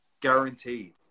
Guaranteed